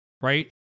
right